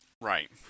Right